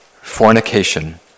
fornication